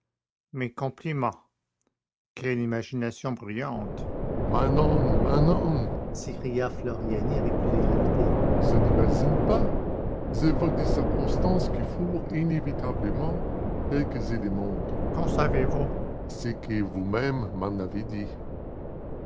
mes compliments quelle imagination brillante mais non mais non s'écria floriani avec plus de gravité je n'imagine pas j'évoque des circonstances qui furent inévitablement telles que je les montre qu'en savez-vous ce que vous-même m'en avez dit